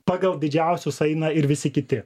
pagal didžiausius eina ir visi kiti